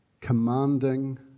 commanding